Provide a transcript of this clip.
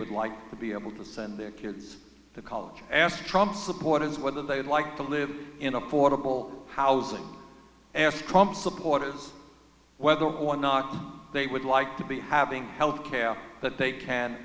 would like to be able to send their kids to college asked trump support is whether they would like to live in affordable housing ask supporters whether or not they would like to be having health care that they can